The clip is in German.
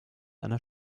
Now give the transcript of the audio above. einer